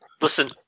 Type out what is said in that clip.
Listen